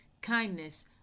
kindness